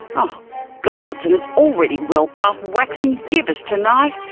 oh god, and it's already well past waxing gibbous tonight,